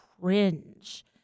cringe